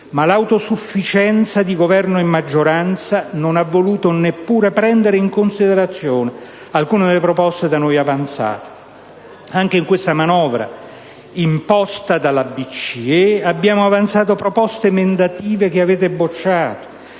Ma l'autosufficienza di Governo e maggioranza non ha voluto neppure prendere in considerazione alcune delle proposte da noi avanzate. Anche in questa manovra, imposta dalla BCE, abbiamo avanzato proposte emendative, che avete bocciato,